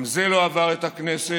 גם זה לא עבר את הכנסת.